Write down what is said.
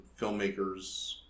filmmakers